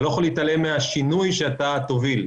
אתה לא יכול להתעלם מהשינוי שתוביל.